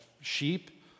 sheep